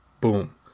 boom